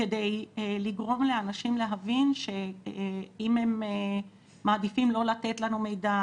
כדי לגרום לאנשים להבין שאם הם מעדיפים לא לתת לנו מידע